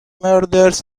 murders